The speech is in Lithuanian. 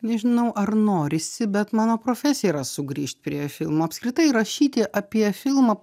nežinau ar norisi bet mano profesija yra sugrįžt prie filmų apskritai rašyti apie filmą